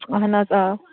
اَہَن حظ آ